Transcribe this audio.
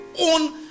own